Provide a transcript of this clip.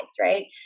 right